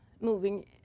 moving